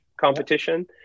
competition